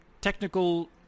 technical